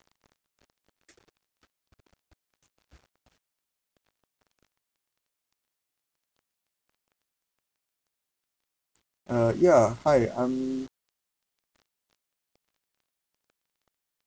uh ya hi I'm